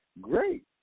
great